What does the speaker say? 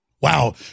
Wow